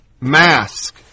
Mask